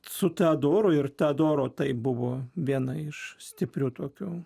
su teodoru ir teodoro tai buvo viena iš stiprių tokių